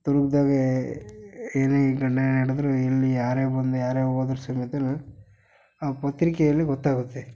ದುರ್ಗದಾಗೆ ಏನೇ ಘಟನೆ ನಡೆದರೂ ಎಲ್ಲಿ ಯಾರೇ ಬಂದು ಯಾರೇ ಹೋದ್ರು ಆ ಪತ್ರಿಕೆಯಲ್ಲಿ ಗೊತ್ತಾಗುತ್ತೆ